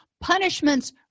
Punishments